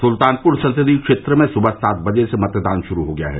सुल्तानपुर संसदीय क्षेत्र में सुबह सात बजे से मतदान शुरू हो गया है